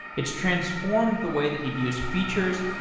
it's transformed the way that he views features,